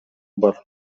бар